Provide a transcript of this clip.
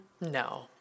No